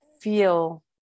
feel